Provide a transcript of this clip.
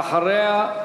אחריה,